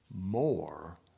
more